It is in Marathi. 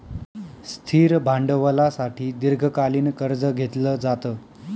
स्थिर भांडवलासाठी दीर्घकालीन कर्ज घेतलं जातं